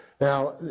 Now